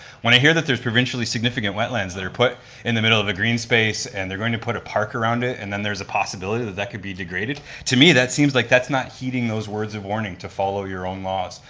when i hear that there's provincially significant wetlands that are put in the middle of a green space and they're going to put a park around it, and then there's a possibility that that could be degraded, to me, that seems like that's not heeding those words of warning to follow your own laws.